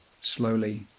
slowly